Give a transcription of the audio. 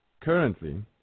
currently